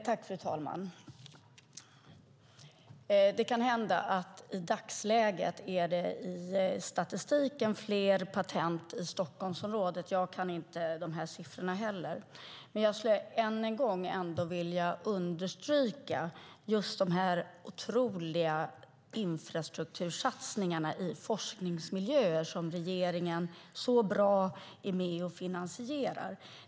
Fru talman! Det kan hända att det enligt statistiken är fler patent i Stockholmsområdet - jag kan inte heller siffrorna. Jag skulle dock än en gång vilja understryka just de otroliga infrastruktursatsningarna i forskningsmiljöer som regeringen så bra är med och finansierar.